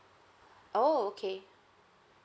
oh okay